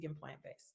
plant-based